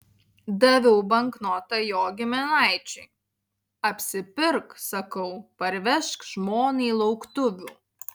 daviau banknotą jo giminaičiui apsipirk sakau parvežk žmonai lauktuvių